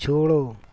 छोड़ो